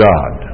God